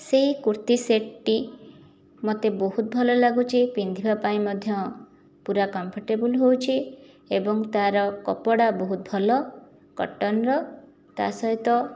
ସେହି କୁର୍ତ୍ତି ସେଟ୍ଟି ମୋତେ ବହୁତ ଭଲ ଲାଗୁଛି ପିନ୍ଧିବା ପାଇଁ ମଧ୍ୟ ପୂରା କମ୍ଫର୍ଟେବଲ ହେଉଛି ଏବଂ ତା'ର କପଡ଼ା ବହୁତ ଭଲ କଟନ୍ର ତା' ସହିତ